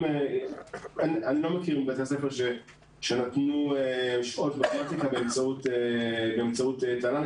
אני לא מכיר בתי ספר שנתנו שעות מתמטיקה באמצעות תל"ן.